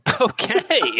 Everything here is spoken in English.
Okay